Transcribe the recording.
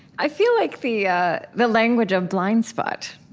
i feel like the yeah the language of blind spot,